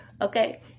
Okay